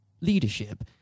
leadership